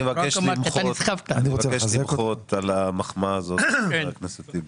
אני מבקש למחות על המחמאה הזאת של חבר הכנסת טיבי.